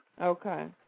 Okay